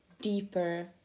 deeper